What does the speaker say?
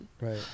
Right